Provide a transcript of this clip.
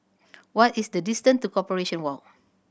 what is the distance to Corporation Walk